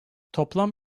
toplam